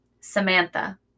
Samantha